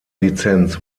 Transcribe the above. lizenz